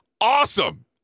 Awesome